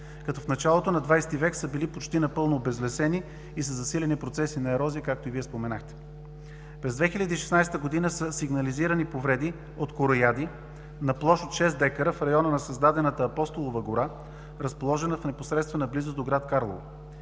когато в началото на 20 век са били почти напълно обезлесени и със засилени процеси на ерозия, както и Вие споменахте. През 2016 г. са сигнализирани повреди от корояди на площ от 6 дка в района на създадената „Апостолова гора“, разположена в непосредствена близост до град Карлово.